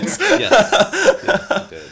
Yes